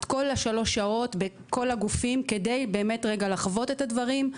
את כל שלוש השעות בכל הגופים כדי לחוות את הדברים.